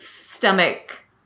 stomach